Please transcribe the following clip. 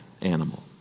animal